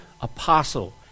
apostle